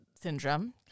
syndrome